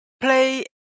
play